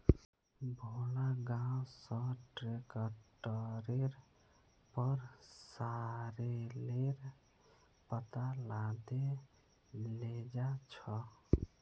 भोला गांव स ट्रैक्टरेर पर सॉरेलेर पत्ता लादे लेजा छ